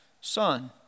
Son